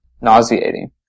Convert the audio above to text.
nauseating